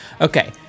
Okay